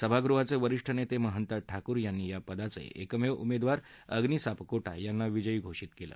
सभागृहाचे वरिष्ठ नेते महंता ठाकूर यांनी या पदाचे एकमेव उमेदवार अग्नि सापकोटा यांना विजयी घोषीत केलं